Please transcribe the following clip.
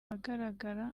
ahagaragara